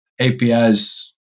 API's